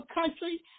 country